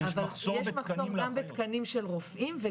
יש מחסור בתקנים לאחיות.